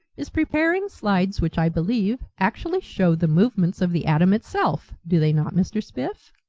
is preparing slides which, i believe, actually show the movements of the atom itself, do they not, mr. spiff?